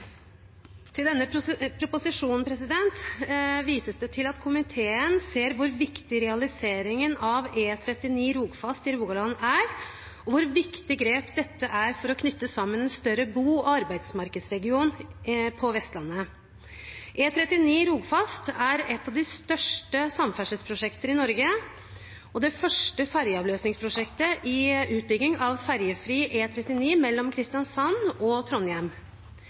Til denne proposisjonen vises det til at komiteen ser hvor viktig realiseringen av E39 Rogfast i Rogaland er, og hvor viktig dette grepet er for å knytte sammen en større bo- og arbeidsmarkedsregion på Vestlandet. E39 Rogfast er et av de største samferdselsprosjekter i Norge og det første fergeavløsingsprosjektet i utbygging av fergefri E39 mellom Kristiansand og Trondheim.